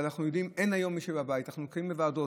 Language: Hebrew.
ואנחנו יודעים שאין היום מי שבבית: אנחנו מקיימים ועדות,